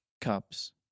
cups